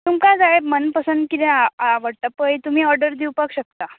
तुमकां जाय मन पसंद कितें आ आवडटा पळय तुमी ऑर्डर दिवपाक शकता